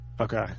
Okay